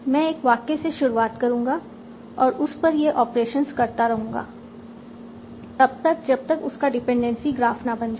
मैं एक वाक्य से शुरुआत करूंगा और उस पर यह ऑपरेशंस करता रहूंगा तब तक जब तक उसका डिपेंडेंसी ग्राफ ना बन जाए